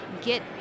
get